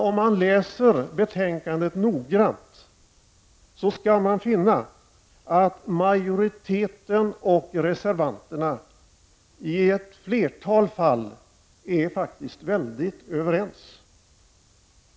Om man läser betänkandet noggrant skall man finna att majoriteten och reservanterna i ett flertal fall faktiskt är mycket överens.